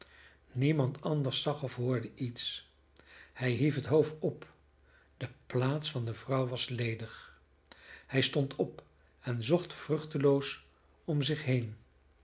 niemand anders zag of hoorde iets hij hief het hoofd op de plaats der vrouw was ledig hij stond op en zocht vruchteloos om zich heen